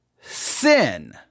sin